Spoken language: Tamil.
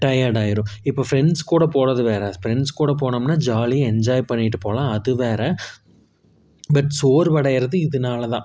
டயர்டாக ஆயிடும் இப்போ ஃபிரெண்ட்ஸ் கூட போவது வேறு ஃபிரெண்ட்ஸ் கூட போனோம்னால் ஜாலியாக என்ஜாய் பண்ணிகிட்டு போகலாம் அது வேறு பட் சோர்வடையறது இதனால்தான்